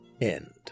End